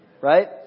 Right